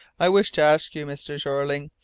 i wish to ask you, mr. jeorling,